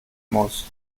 muss